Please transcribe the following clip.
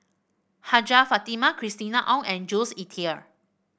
Hajjah Fatimah Christina Ong and Jules Itier